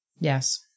Yes